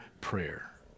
prayer